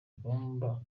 rigomba